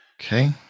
Okay